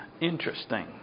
interesting